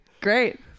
Great